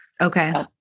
Okay